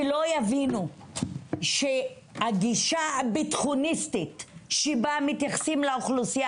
עד שלא יבינו שהגישה הביטחוניסטית שבה מתייחסים לחברה